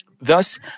Thus